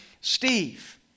Steve